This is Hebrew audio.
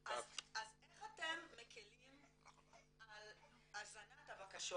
אז איך אתם מקלים על הזנת הבקשות